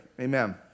Amen